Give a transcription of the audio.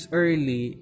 early